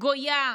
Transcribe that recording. גויה,